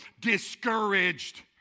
discouraged